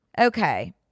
Okay